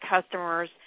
customers